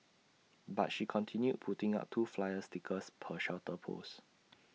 but she continued putting up two flyer stickers per shelter post